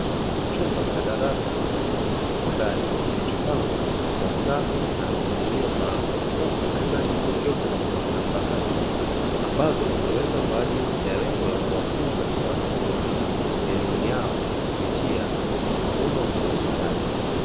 Chumba cha darasa cha sekondari kilichopangwa kwa usafi na mpangilio maalumu huku mezani kukiwa na kompyuta mpakato ambazo zimewekwa kwa ajili ya lengo la kuwafunza wanafunzi elimu yao kupitia mfumo wa kidigitali.